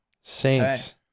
Saints